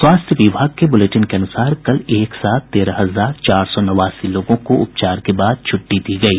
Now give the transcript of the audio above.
स्वास्थ्य विभाग के बुलेटिन के अनुसार कल एक साथ तेरह हजार चार सौ नवासी लोगों को उपचार के बाद छुट्टी दी गयी